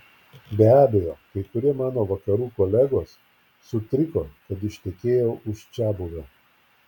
be abejo kai kurie mano vakarų kolegos sutriko kad ištekėjau už čiabuvio